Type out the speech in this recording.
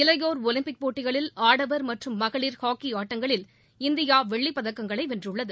இளையோர் ஒலிம்பிக் போட்டிகளில் ஆடவர் மற்றும் மகளிர் ஹாக்கி ஆட்டங்களில் இந்தியா வெள்ளிப் பதக்கங்களை வென்றுள்ளது